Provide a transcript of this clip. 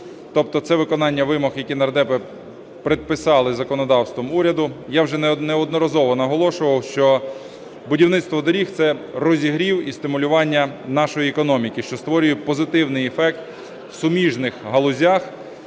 тобто це виконання вимог, які нардепи предписали законодавством уряду. Я вже неодноразово наголошував, що будівництво доріг – це розігрів і стимулювання нашої економіки, що створює позитивний ефект в суміжних галузях,